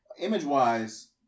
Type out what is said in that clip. image-wise